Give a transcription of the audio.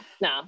no